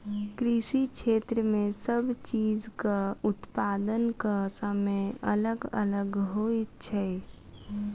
कृषि क्षेत्र मे सब चीजक उत्पादनक समय अलग अलग होइत छै